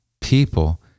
people